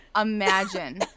Imagine